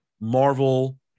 Marvel